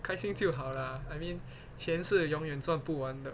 开心就好啦 I mean 钱是永远赚不完的